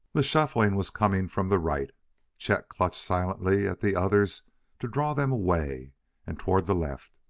the shuffling was coming from the right chet clutched silently at the others to draw them away and toward the left.